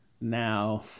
Now